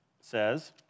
says